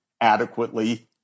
adequately